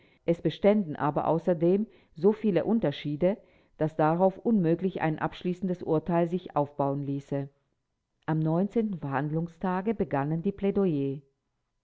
es beständen aber außerdem so viele unterschiede daß darauf unmöglich ein abschließendes urteil sich aufbauen ließe am verhandlungstage begannen die plädoyers